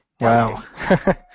Wow